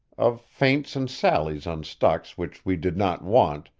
of feints and sallies on stocks which we did not want,